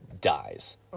dies